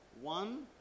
One